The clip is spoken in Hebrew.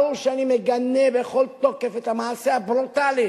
ברור שאני מגנה בכל תוקף את המעשה הברוטלי